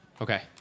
Okay